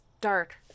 dark